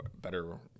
better